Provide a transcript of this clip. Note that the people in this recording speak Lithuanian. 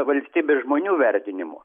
valstybės žmonių vertinimų